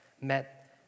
met